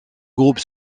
groupe